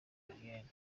eliane